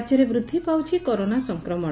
ରାଜ୍ୟରେ ବୃଦ୍ଧି ପାଉଛି କରୋନା ସଂକ୍ରମଣ